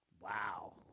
Wow